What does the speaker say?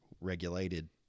regulated